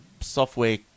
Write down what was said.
software